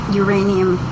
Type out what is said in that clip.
uranium